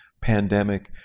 pandemic